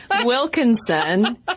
Wilkinson